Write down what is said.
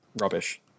rubbish